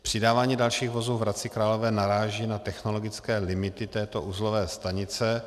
Přidávání dalších vozů v Hradci Králové naráží na technologické limity této uzlové stanice.